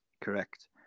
Correct